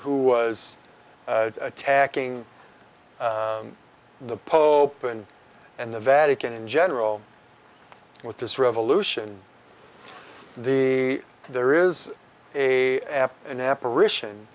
who was attacking the pope and and the vatican in general with this revolution the there is a an apparition